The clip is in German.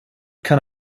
kann